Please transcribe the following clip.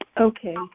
Okay